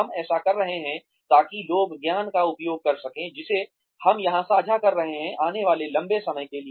हम ऐसा कर रहे हैं ताकि लोग ज्ञान का उपयोग कर सकें जिसे हम यहां साझा कर रहे हैं आने वाले लंबे समय के लिए